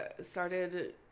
started